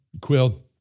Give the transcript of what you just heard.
quill